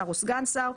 שר או סגן שר.